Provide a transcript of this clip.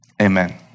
Amen